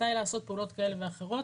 מתי לעשות פעולות כאלה ואחרות,